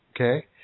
okay